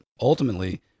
Ultimately